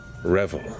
revel